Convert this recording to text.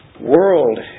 world